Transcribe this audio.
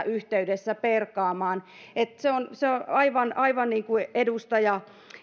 yhteydessä perkaamaan se on se on aivan aivan niin kuin edustaja